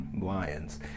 Lions